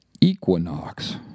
equinox